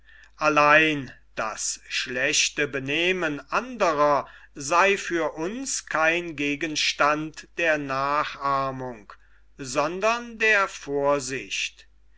allein das schlechte benehmen andrer sei für uns kein gegenstand der nachahmung sondern der vorsicht